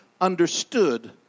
understood